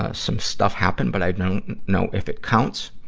ah some stuff happened, but i don't know if it counts.